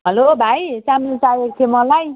hello भाइ चामल चाहिएको थियो मलाई